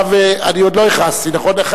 אני עוד לא הכרזתי, נכון?